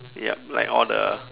yup like all the